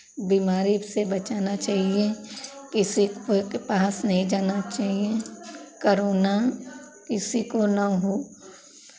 बीमारी से बचाना चाहिए किसी कोई के पास नहीं जाना चाहिए कोरोना किसी को ना हो